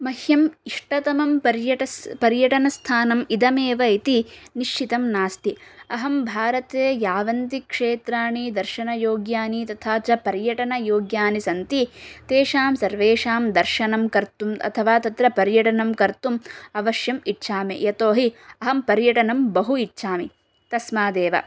मह्यम् इष्टतमं पर्यटस् पर्यटनस्थानम् इदमेव इति निश्चितं नास्ति अहं भारते यावन्ति क्षेत्राणि दर्शनयोग्यानि तथा च पर्यटनयोग्यानि सन्ति तेषां सर्वेषां दर्शनं कर्तुम् अथवा तत्र पर्यटनं कर्तुम् अवश्यम् इच्छामि यतोहि अहं पर्यटनं बहु इच्छामि तस्मादेव